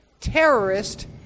terrorist